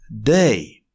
day